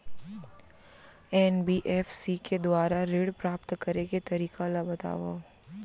NBFC के दुवारा ऋण प्राप्त करे के तरीका ल बतावव?